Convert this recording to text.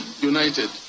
united